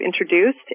introduced